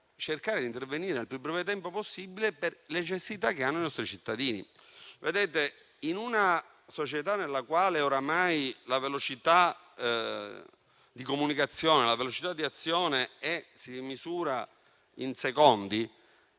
cercare di intervenire nel più breve tempo possibile per le necessità che hanno i nostri cittadini. Vedete, in una società nella quale oramai la velocità di comunicazione e di azione si misura in secondi,